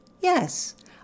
Yes